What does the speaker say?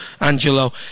Angelo